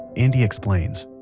andy explains